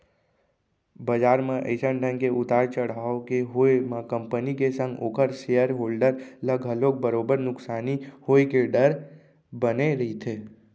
बजार म अइसन ढंग के उतार चड़हाव के होय म कंपनी के संग ओखर सेयर होल्डर ल घलोक बरोबर नुकसानी होय के डर बने रहिथे